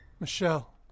Michelle